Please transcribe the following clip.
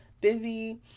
busy